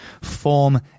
form